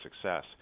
success